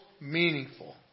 meaningful